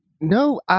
No